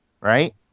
right